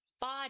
body